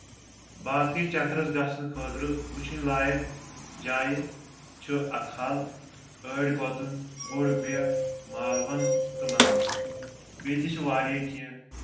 باقٕے چکرس گژھنہٕ خٲطرٕ وٕچھن لایق جایہِ چھُ اکھ ہال أڑۍ گۄتُن بوٚڑ بی مالوَن تہٕ لام بیٚیہِ تہِ چھِ واریاہ کینٛہہ